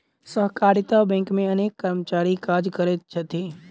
सहकारिता बैंक मे अनेक कर्मचारी काज करैत छथि